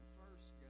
first